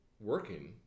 working